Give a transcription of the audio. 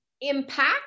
impact